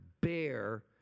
bear